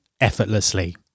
effortlessly